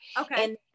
Okay